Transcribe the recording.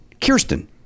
Kirsten